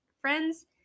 friends